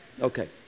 Okay